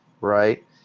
right